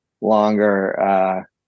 longer